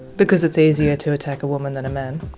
because it's easier to attack a woman than a man?